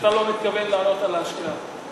שאתה לא מתכוון לענות על השאלה.